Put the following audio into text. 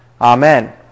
Amen